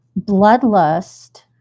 bloodlust